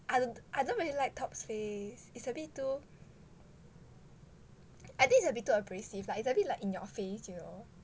I don't I don't really top's face is a bit too I think it's too abrasive like it's a bit like in your face you know